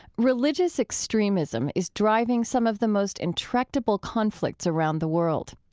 religious extremism is driving some of the most intractable conflicts around the world.